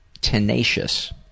tenacious